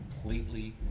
completely